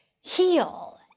heal